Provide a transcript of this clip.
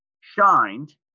shined